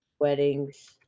weddings